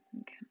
okay